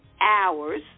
hours